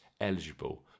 eligible